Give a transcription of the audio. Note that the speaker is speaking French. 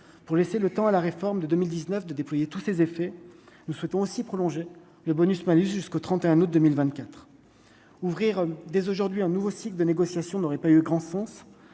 pour laisser le temps à la réforme de 2019 2 déployer tous ses effets, nous souhaitons aussi prolonger le bonus malus, jusqu'au 31 août 2024 ouvrir dès aujourd'hui un nouveau cycle de négociations n'aurait pas eu grand sens